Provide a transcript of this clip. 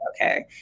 okay